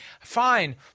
fine